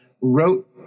wrote